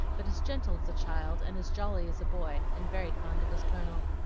but as gentle as a child, and as jolly as a boy, and very fond of his colonel.